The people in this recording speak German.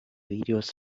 videos